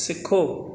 सिखो